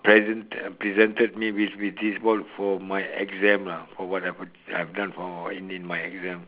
present presented me with with this ball for my exam lah for what happen I've done in in my exam